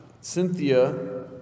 Cynthia